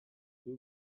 two